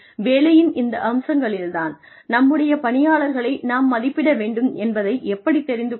வேலையின் இந்த அம்சங்களில் தான் நம்முடைய பணியாளர்களை நாம் மதிப்பிட வேண்டும் என்பதை எப்படித் தெரிந்து கொள்வது